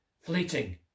fleeting